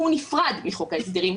שהוא נפרד מחוק ההסדרים.